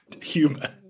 humor